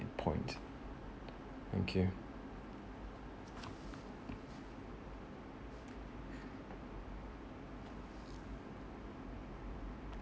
in point thank you